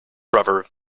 brother